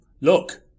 Look